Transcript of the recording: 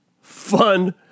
fun